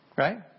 Right